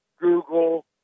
Google